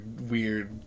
weird